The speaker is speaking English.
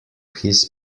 his